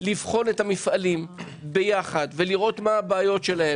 לבחון את המפעלים ולראות מה הבעיות שלהם